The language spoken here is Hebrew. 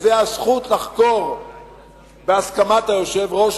וזה הזכות לחקור בהסכמת היושב-ראש,